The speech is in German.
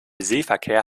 seeverkehr